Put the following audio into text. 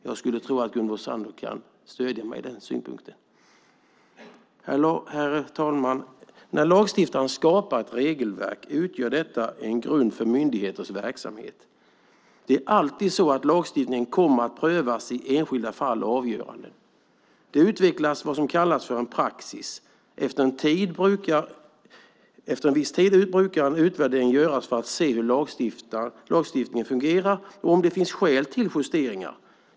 Jag skulle tro att Solveig Zander kan stödja mig på den punkten. Herr talman! När lagstiftaren skapar ett regelverk utgör detta en grund för myndigheters verksamhet. Det är alltid så att lagstiftningen kommer att prövas i enskilda fall och avgöranden. Det utvecklas vad som kallas en praxis. Efter en viss tid brukar en utvärdering göras för att se hur lagstiftningen fungerar och om det finns skäl till justeringar.